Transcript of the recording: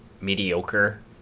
mediocre